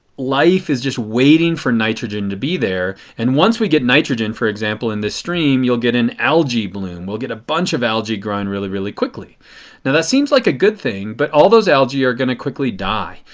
life, is just waiting for nitrogen to be there. and once we get nitrogen, for example in this stream, you will get an algae bloom. we will get a bunch of algae growing really, really quickly. now that seems like a good thing but all of those algae are going to quickly die.